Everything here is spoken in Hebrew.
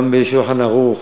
גם ב"שולחן ערוך",